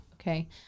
Okay